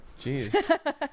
jeez